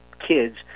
kids